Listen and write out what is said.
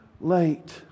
late